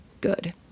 good